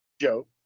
joe